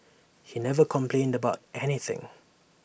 he never complained about anything